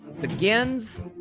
begins